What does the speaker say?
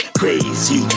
crazy